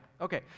okay